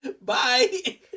Bye